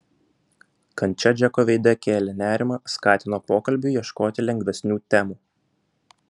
kančia džeko veide kėlė nerimą skatino pokalbiui ieškoti lengvesnių temų